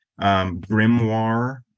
Grimoire